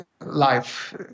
life